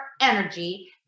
energy